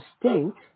distinct